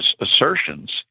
assertions